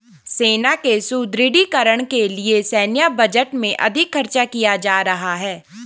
सेना के सुदृढ़ीकरण के लिए सैन्य बजट में अधिक खर्च किया जा रहा है